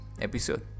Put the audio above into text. episode